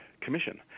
commission